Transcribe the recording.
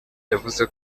yavuze